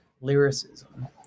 lyricism